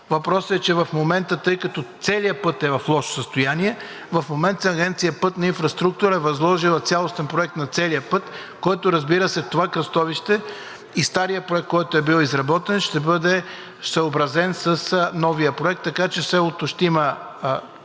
Въпросът е, че в момента, тъй като целият път е в лошо състояние, в момента Агенция „Пътна инфраструктура“ е възложила цялостен проект на целия път, който, разбира се, това кръстовище и старият проект, който е бил изработен, ще бъде съобразен с новия проект. Така че селото ще има